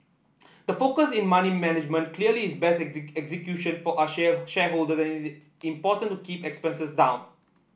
the focus in money management clearly is best execution for our share shareholder it's important to keep expenses down